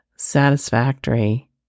Satisfactory